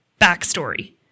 Backstory